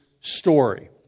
story